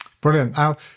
Brilliant